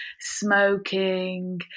smoking